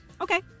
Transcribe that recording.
Okay